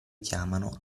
chiamano